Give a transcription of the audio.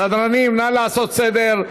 סדרנים, נא לעשות סדר.